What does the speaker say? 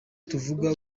tuvuga